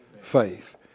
faith